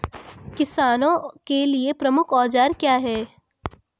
किसानों के लिए प्रमुख औजार क्या हैं?